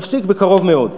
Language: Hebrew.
נפסיק בקרוב מאוד.